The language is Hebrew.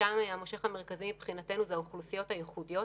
שם --- המרכזי מבחינתנו זה האוכלוסיות הייחודיות.